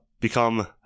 become